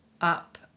up